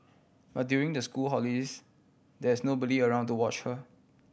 but during the school holidays there is nobody around to watch her